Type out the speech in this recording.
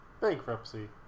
bankruptcy